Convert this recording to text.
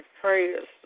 prayers